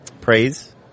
praise